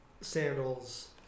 sandals